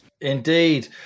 Indeed